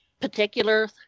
particular